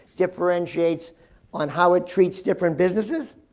differentiates on how it treats different businesses,